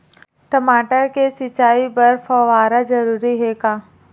टमाटर के सिंचाई बर फव्वारा जरूरी हे का?